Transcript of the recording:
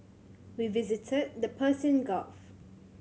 we visited the Persian Gulf